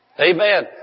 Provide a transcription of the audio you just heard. Amen